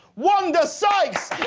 wanda sykes